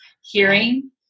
Hearing